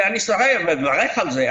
אני מברך על זה,